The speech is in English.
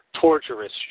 torturous